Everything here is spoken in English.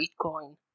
Bitcoin